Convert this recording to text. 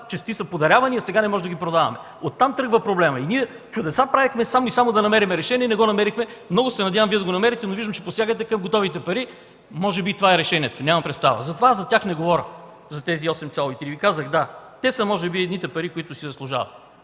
честоти са подарявани, а сега не можем да ги продаваме. От там тръгва проблемът. Ние чудеса правихме, само и само да намерим решение – не го намерихме. Много се надявам Вие да го намерите, но виждам, че посягате към готовите пари – може би това е решението. Нямам представа – затова не говоря за тези 8,3. И Ви казах „да” – те са може би едните пари, които си заслужават.